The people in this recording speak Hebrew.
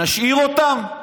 נשאיר אותם?